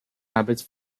habits